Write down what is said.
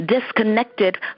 disconnected